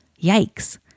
Yikes